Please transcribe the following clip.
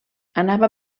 anava